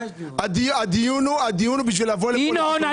הדיון הוא בשביל לבוא לפה --- ינון,